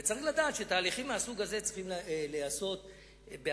צריך לדעת שתהליכים מהסוג הזה צריכים להיעשות בהסכמה,